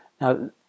Now